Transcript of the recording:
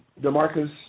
Demarcus